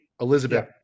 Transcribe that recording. Elizabeth